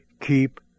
keep